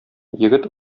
егет